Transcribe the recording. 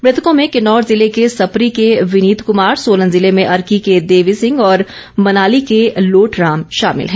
मृतकों में किन्नौर जिले के सपरी के विनीत कुमार सोलन जिले में अर्की के देवी सिंह और मनाली के लोटराम शामिल हैं